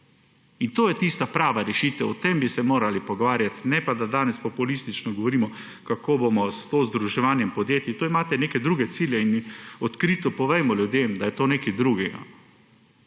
In to je tista prava rešitev, o tem bi se morali pogovarjati, ne pa, da danes populistično govorimo, kaj bomo s tem združevanjem podjetij − tu imate neke druge cilje. Odkrito povejmo ljudem, da je to nekaj drugega.